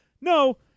no